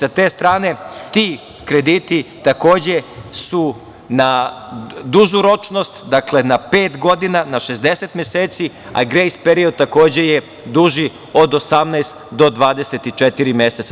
Sa te strane, ti krediti takođe su na dužu ročnost, dakle na pet godina, na 60 meseci, a grejs period, takođe je duži od 18 do 24 meseca.